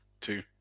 Two